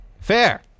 Fair